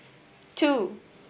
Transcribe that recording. two